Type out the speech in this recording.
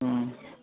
ہوں